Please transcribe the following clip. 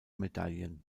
medaillen